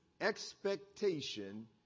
expectation